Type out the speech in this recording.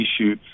issue